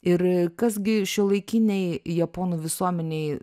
ir kas gi šiuolaikinėj japonų visuomenėj